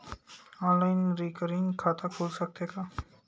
Online recurring खाता खुल सकथे का?